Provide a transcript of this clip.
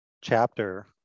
chapter